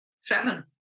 Seven